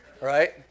right